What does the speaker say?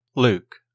Luke